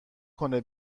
کنه